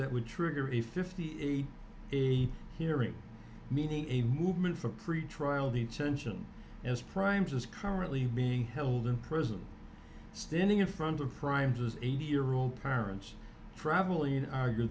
that would trigger a fifty eight a hearing meaning a movement for pretrial detention as prime's is currently being held in prison standing in front of primes as eighty year old parents traveling argue